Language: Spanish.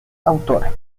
autora